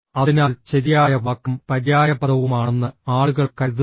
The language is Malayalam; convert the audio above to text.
അതിനാൽ ശരിയായ വാക്കും പര്യായപദവുമാണെന്ന് ആളുകൾ കരുതുന്നു